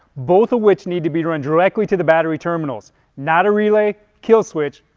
both of which need to be run directly to the battery terminals, not a relay, killswitch,